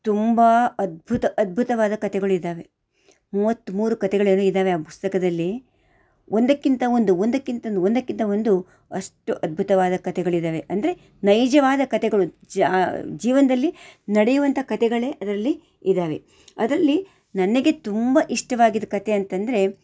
ತುಂಬ ಅದ್ಭುತ ಅದ್ಭುತವಾದ ಕಥೆಗಳಿದಾವೆ ಮೂವತ್ತ್ಮೂರು ಕಥೆಗಳೇನೋ ಇದ್ದಾವೆ ಆ ಪುಸ್ತಕದಲ್ಲಿ ಒಂದಕ್ಕಿಂತ ಒಂದು ಒಂದಕ್ಕಿಂತನೂ ಒಂದಕ್ಕಿಂತ ಒಂದು ಅಷ್ಟು ಅದ್ಭುತವಾದ ಕಥೆಗಳಿದ್ದಾವೆ ಅಂದರೆ ನೈಜವಾದ ಕಥೆಗಳು ಜಾ ಜೀವನದಲ್ಲಿ ನಡೆಯುವಂಥ ಕಥೆಗಳೇ ಅದರಲ್ಲಿ ಇದ್ದಾವೆ ಅದರಲ್ಲಿ ನನಗೆ ತುಂಬ ಇಷ್ಟವಾಗಿದ್ದ ಕಥೆ ಅಂತಂದರೆ